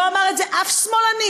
לא אמר את זה אף שמאלני.